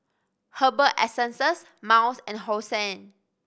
Herbal Essences Miles and Hosen